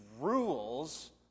rules